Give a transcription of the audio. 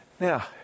Now